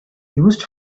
used